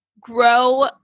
grow